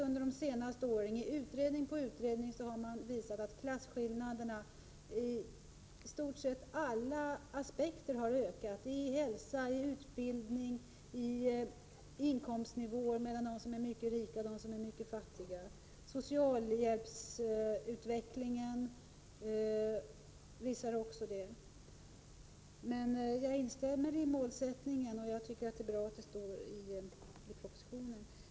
Under de senaste åren har utredning efter utredning visat att klasskillnaderna har ökat och det ur i stort sett alla aspekter — hälsa, utbildning, inkomstnivå osv. — mellan dem som är mycket rika och de mycket fattiga. Socialhjälpsutvecklingen visar också det. Men jag instämmer i målsättningen och tycker att det är bra att det står i propositionen.